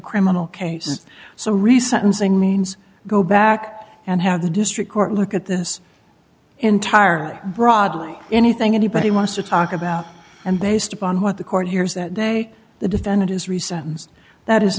criminal case is so resentencing means go back and have the district court look at this entire broadly anything anybody wants to talk about and based upon what the court hears that day the defendant is reset that is